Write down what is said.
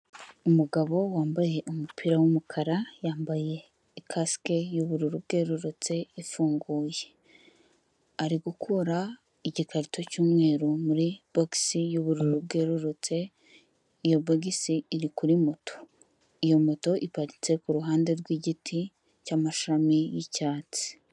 Umugabo wambaye umupira w'umukara yambaye ikasike y'ubururu bwerurutse ifunguye, ari gukora igikarito cyumweru muri bogisi y'ubururu bwerurutse iyo bogisi iri kuri moto iyo moto iparitse ku ruhande rw'igiti cyamashami y'icyatsi.